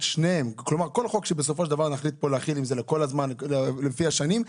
כל חוק שבסופו של דבר נחליט פה להחיל לפי השנים,